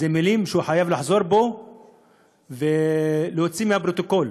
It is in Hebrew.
אלה מילים שהוא חייב לחזור בו ולהוציא מהפרוטוקול.